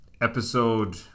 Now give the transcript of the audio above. Episode